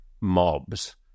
mobs